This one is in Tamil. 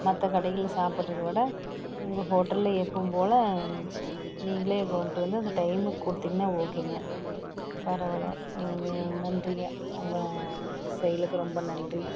மற்ற கடைகளில் சாப்புடுறத விட உங்கள் ஹோட்டலில் எப்போவும் போல் நீங்களே கொண்ட்டு வந்து அந்த டைமுக்கு கொடுத்தீங்கன்னா ஓகேங்க பரவால்லை நன்றிங்க உங்கள் செயலுக்கு ரொம்ப நன்றி